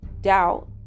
doubt